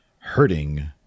hurting